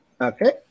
Okay